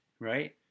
right